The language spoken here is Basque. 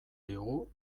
diogu